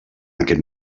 aquest